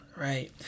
Right